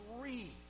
three